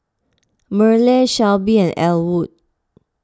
Merle Shelbie and Ellwood